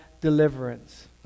deliverance